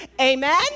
Amen